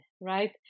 right